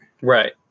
Right